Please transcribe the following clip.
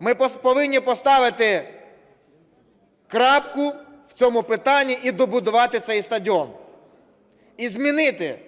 Ми повинні поставити крапку в цьому питанні і добудувати цей стадіон. І змінити